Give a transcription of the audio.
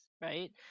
right